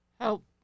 help